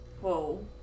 Whoa